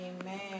Amen